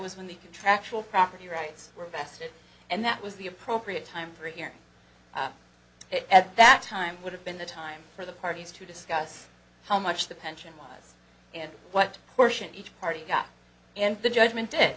was when the contractual property rights were invested and that was the appropriate time for a hearing at that time would have been the time for the parties to discuss how much the pension was and what portion each party got and the judgment